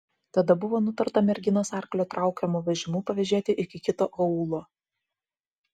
tada buvo nutarta merginas arklio traukiamu vežimu pavėžėti iki kito aūlo